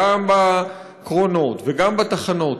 גם בקרונות וגם בתחנות,